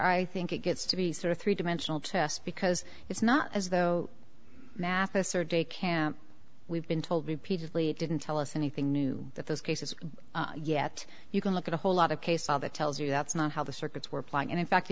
i think it gets to be sort of three dimensional chess because it's not as though mathis or de camp we've been told repeatedly it didn't tell us anything new that those cases yet you can look at a whole lot of case all that tells you that's not how the circuits were playing and in fact